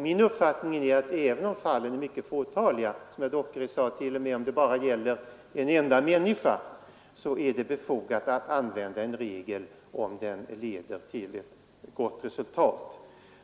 Min uppfattning är att det — även om fallen är mycket fåtaliga och, som herr Dockered sade, t.o.m. om det bara gäller en enda människa — är befogat att använda en väg om den leder till ett gott resultat.